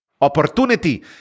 Opportunity